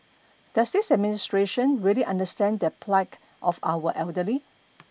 does this administration really understand the plight of our elderly